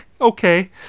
okay